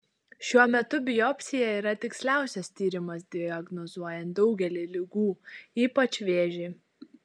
šiuo metu biopsija yra tiksliausias tyrimas diagnozuojant daugelį ligų ypač vėžį